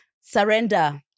Surrender